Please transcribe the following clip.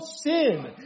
sin